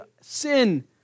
sin